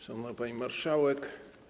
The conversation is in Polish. Szanowna Pani Marszałek!